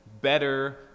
better